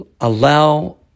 Allow